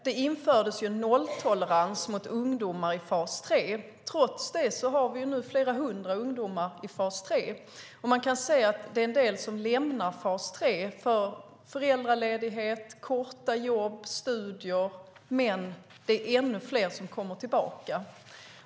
Det infördes ju nolltolerans mot ungdomar i fas 3, men trots det har vi nu flera hundra ungdomar i fas 3. Man kan se att en del lämnar fas 3 för föräldraledighet, korta jobb eller studier, men det är ännu fler som kommer tillbaka.